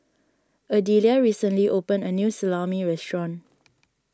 Adelia recently opened a new Salami restaurant